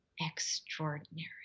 Extraordinary